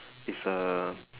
it's a